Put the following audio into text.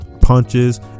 punches